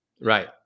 Right